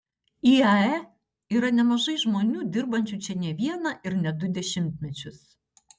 iae yra nemažai žmonių dirbančių čia ne vieną ir ne du dešimtmečius